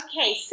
Okay